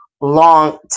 long